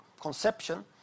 conception